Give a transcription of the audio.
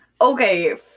Okay